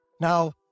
Now